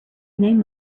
name